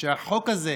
שהחוק הזה